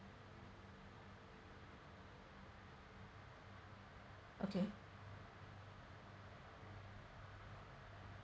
okay